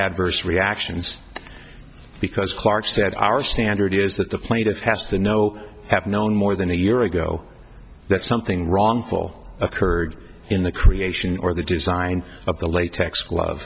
adverse reactions because clarke said our standard is that the plaintiff has to no have known more than a year ago that something wrongful occurred in the creation or the design of the latex glove